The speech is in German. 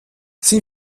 sind